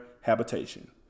habitation